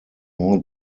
more